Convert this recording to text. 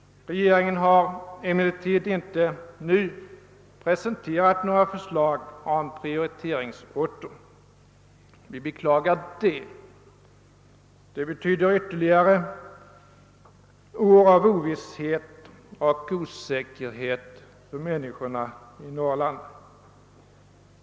Regeringen har emellertid inte nu presenterat några förslag om prioriteringsorter. Vi beklagar det; det betyder ytterligare år av ovisshet och osäkerhet för människorna i Norrland.